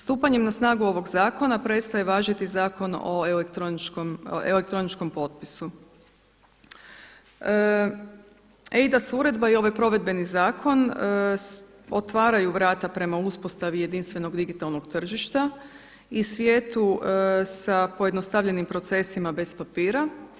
Stupanjem na snagu ovog zakona prestaje važiti zakon o elektroničkom potpisu. eIDAS uredba i ovaj provedbeni zakon otvaraju vrata prema uspostavi jedinstvenog digitalnog tržišta i svijetu sa pojednostavljenim procesima bez papira.